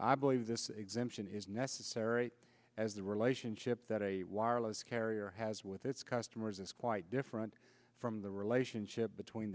i believe this exemption is necessary as the relationship that a wireless carrier has with its customers is quite different from the relationship between